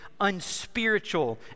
unspiritual